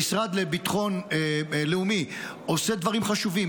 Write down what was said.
המשרד לביטחון לאומי עושה דברים חשובים.